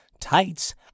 tights